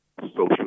social